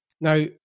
Now